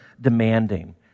demanding